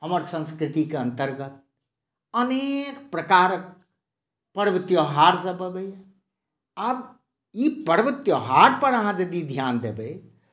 हमर संस्कृतिके अन्तर्गत अनेक प्रकारक पर्व त्यौहार सभ अबैया आब ई पर्व त्यौहार पर अहाँ यदि ध्यान देबै